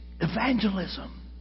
evangelism